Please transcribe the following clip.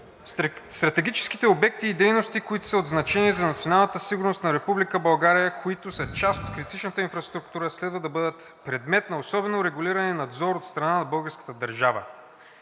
„Стратегическите обекти и дейности, които са от значение за националната сигурност на Република България, които са част от критичната инфраструктура, следва да бъдат предмет на особено регулиране и надзор от страна на българската държава.“